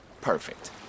Perfect